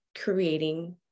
creating